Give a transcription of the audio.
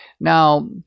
Now